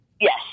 Yes